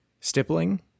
stippling